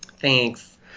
Thanks